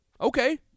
okay